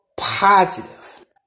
positive